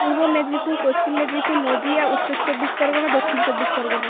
পূর্ব মেদিনীপুর পশ্চিম মেদিনীপুর নদীয়া উত্তর চব্বিশ পরগনা দক্ষিণ চব্বিশ পরগনা